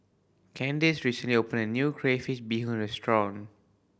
Candice recently opened a new crayfish beehoon restaurant